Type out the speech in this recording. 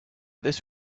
this